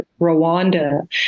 Rwanda